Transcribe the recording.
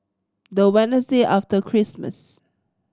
the Wednesday after Christmas